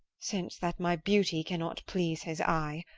since that my beauty cannot please his eye,